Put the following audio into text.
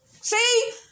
See